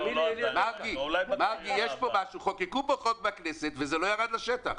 זה לא ירד לשטח.